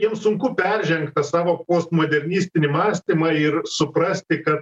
jiems sunku peržengt savo postmodernistinį mąstymą ir suprasti kad